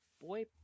boy